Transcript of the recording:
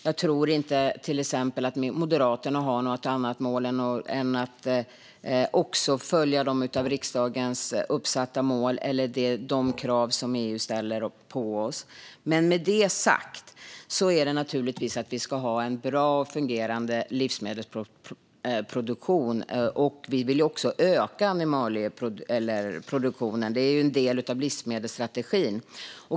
Jag tror till exempel inte att Moderaterna har något annat mål än att följa riksdagens uppsatta mål eller de krav som EU ställer på oss. Men med det sagt ska vi naturligtvis ha en bra och fungerande livsmedelsproduktion, och vi vill också öka animalieproduktionen. Det är en del av livsmedelsstrategin.